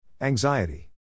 Anxiety